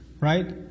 Right